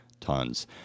tons